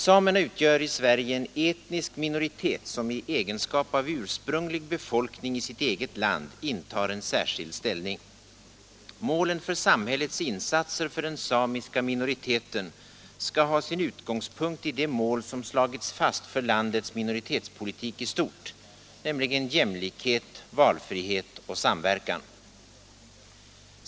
Samerna utgör i Sverige en etnisk minoritet, som i egenskap av ursprunglig befolkning i sitt eget land intar en särskild ställning. Målen lör samhällets insatser för den samiska minoriteten skall ha sin utgångspunkt i de mål som slagits fast för landets minoritetspolitik i stort, nämligen jämlikhet, valfrihet och samverkan.